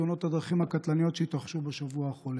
תאונות הדרכים הקטלניות שהתרחשו בשבוע החולף.